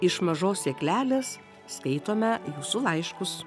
iš mažos sėklelės skaitome jūsų laiškus